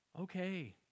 Okay